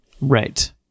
right